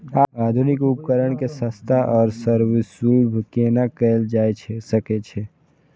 आधुनिक उपकण के सस्ता आर सर्वसुलभ केना कैयल जाए सकेछ?